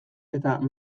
eta